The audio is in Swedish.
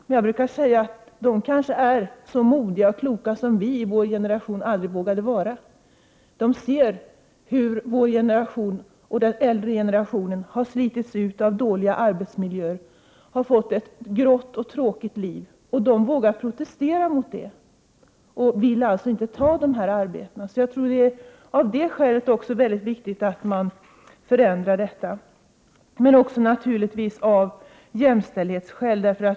Men jag brukar säga att de kanske är så mogna och kloka som vi i vår generation aldrig vågade vara. De ser hur den äldre generationen har slitits ut av dåliga arbetsmiljöer och hur man fått ett grått och tråkigt liv. Ungdomarna vågar protestera mot detta och vill inte ta de här arbetena. Det är ett skäl till att det också är mycket viktigt att vi genomför en förändring, men det finns naturligtvis också jämställdhetsskäl.